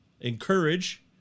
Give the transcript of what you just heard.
Encourage